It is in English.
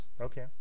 okay